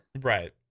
Right